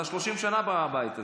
אתה 30 שנה בבית הזה.